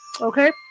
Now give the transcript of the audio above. Okay